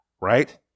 right